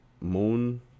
Moon